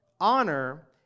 Honor